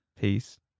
Peace